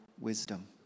Wisdom